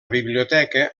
biblioteca